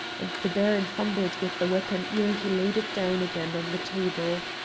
and the baron fumbled with the weapon ere he laid it down again on the table.